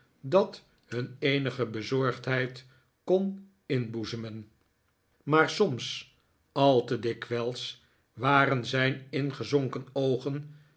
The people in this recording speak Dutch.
dat hun eenige bezorgdheid kon inboezemen maar soms al te dikwijls waren zijn ingezonken oogen